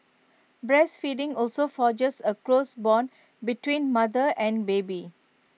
breastfeeding also forges A close Bond between mother and baby